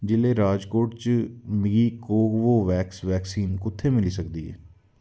जि'ले राजकोट च मिगी कोवोवैक्स वैक्सीन कु'त्थै मिली सकदी ऐ